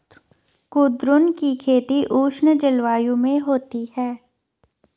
कुद्रुन की खेती उष्ण जलवायु में होती है